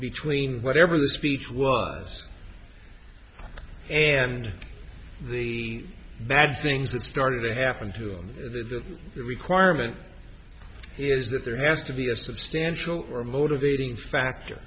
between whatever the speech was and the bad things that started to happen to the requirement is that there has to be a substantial or a motivating factor